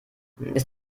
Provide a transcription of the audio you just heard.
ist